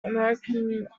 american